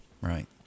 right